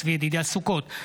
צבי ידידיה סוכות,